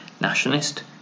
nationalist